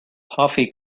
toffee